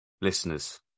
Listeners